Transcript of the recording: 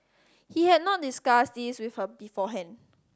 he had not discussed this with her beforehand